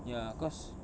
ya cause